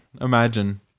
Imagine